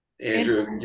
Andrew